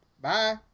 Bye